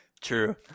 true